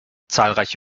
zahlreiche